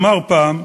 אמר פעם,